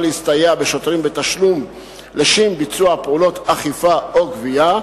להסתייע בשוטרים בתשלום לשם ביצוע פעולות אכיפה או גבייה,